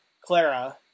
Clara